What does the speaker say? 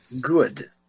Good